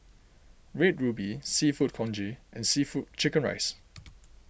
Red Ruby Seafood Congee and Seafood Chicken Rice